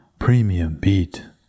premiumbeat